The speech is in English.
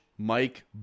Mike